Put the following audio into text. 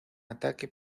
ataque